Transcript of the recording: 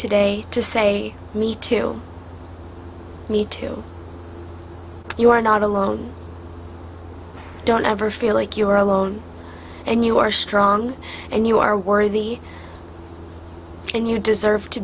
today to say me too me too you are not alone don't ever feel like you are alone and you are strong and you are worthy and you deserve to